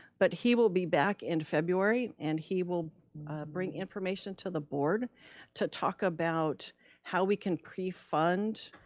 but he will be back in february and he will bring information to the board to talk about how we can pre fund